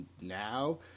now